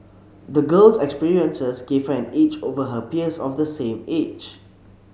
the girl's experiences gave her an edge over her peers of the same age